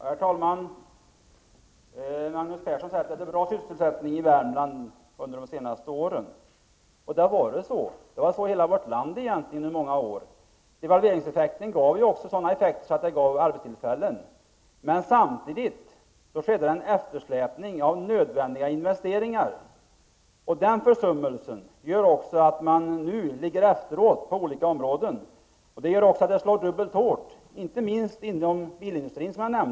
Herr talman! Magnus Persson sade att sysselsättningen i Värmland har varit god under de senaste åren. Så har situationen egentligen varit under många år i hela vårt land. Devalveringseffekten bidrog också till att skapa arbetstillfällen. Samtidigt skedde det en eftersläpning av nödvändiga investeringar. Denna försummelse gör att man nu ligger efter på många olika områden. Detta slår dubbelt hårt, inte minst mot bilindustrin.